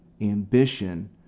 ambition